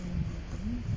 mmhmm